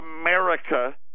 America